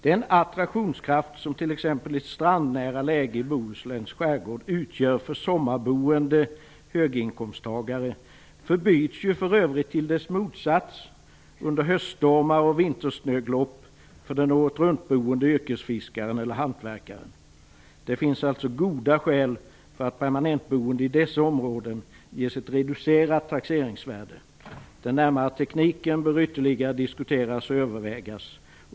Den attraktionskraft som t.ex. ett strandnära läge i Bohusläns skärgård utgör för sommarboende höginkomsttagare förbyts ju för övrigt till dess motsats under höststormar och vintersnöglopp för den åretruntboende yrkesfiskaren eller hantverkaren. Det finns alltså goda skäl för att permanentboende i dessa områden ges ett reducerat taxeringsvärde. Den närmare tekniken bör ytterligare diskuteras och övervägas.